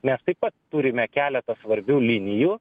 mes taip pat turime keletą svarbių linijų